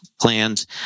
plans